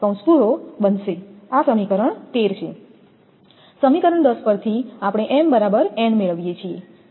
સમીકરણ 10 પરથી આપણે m બરાબર n મેળવીએ છીએ